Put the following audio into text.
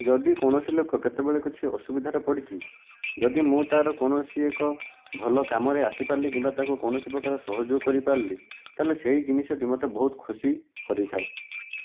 ଯଦି କୌଣସି ଲୋକ କେତେବେଳେ କିଛି ଅସୁବିଧାରେ ପଡ଼ିଛି ଯଦି ମୁଁ ତାର କୌଣସି ଏକ ଭଲ କାମରେ ଆସିପାରିଲି କିମ୍ବା ତାକୁ କୌଣସି ପ୍ରକାର ସହଯୋଗ କରି ପାରିଲି ତାହେଲେ ସେହି ଜିନିଷଟି ମୋତେ ବହୁତ ଖୁସି କରିଥାଏ